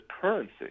currency